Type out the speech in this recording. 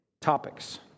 topics